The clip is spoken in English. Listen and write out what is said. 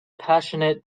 passionate